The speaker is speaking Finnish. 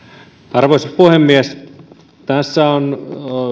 arvoisa puhemies tässä on